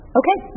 okay